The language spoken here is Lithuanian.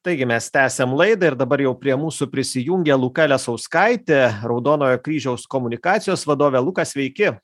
taigi mes tęsiam laidą ir dabar jau prie mūsų prisijungia luka lesauskaitė raudonojo kryžiaus komunikacijos vadovė luka sveiki